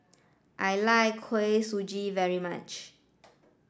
I like Kuih Suji very much